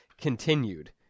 continued